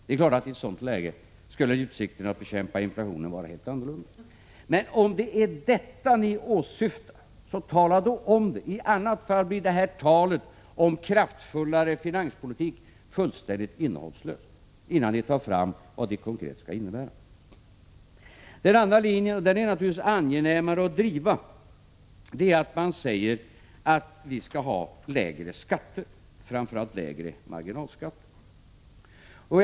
Det är klart att utsikterna att bekämpa inflationen skulle vara helt andra i ett sådant läge. Om det är detta ni åsyftar, så tala då om det! Talet om kraftfullare finanspolitik blir fullständigt innehållslöst om ni inte kommer fram med vad det konkret skall innebära. Den andra linjen — den är naturligtvis angenämare att driva — är att vi skall ha lägre skatter, framför allt lägre marginalskatter.